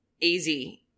easy